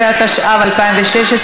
18), התשע"ו 2016,